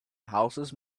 houses